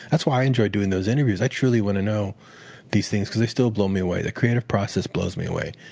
that's why i enjoy doing those interviews. i truly want to know these things because they still blow me away. the creative process blows me away.